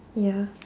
ya